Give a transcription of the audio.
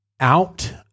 Out